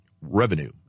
revenue